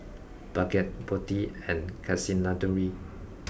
Bhagat Potti and Kasinadhuni